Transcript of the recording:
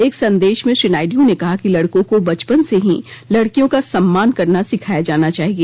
एक संदेश में श्री नायड् ने कहा कि लड़कों को बचपन से ही लड़कियों का सम्मान करना सिखाया जाना चाहिए